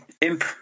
Imp